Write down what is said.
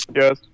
yes